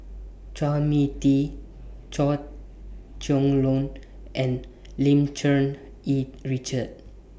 Chua Mia Tee Chua Chong Long and Lim Cherng Yih Richard